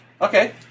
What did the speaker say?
Okay